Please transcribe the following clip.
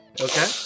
Okay